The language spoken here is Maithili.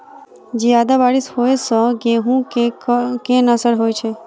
जियादा बारिश होइ सऽ गेंहूँ केँ असर होइ छै?